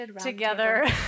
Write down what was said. together